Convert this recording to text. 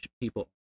people